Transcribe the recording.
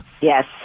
Yes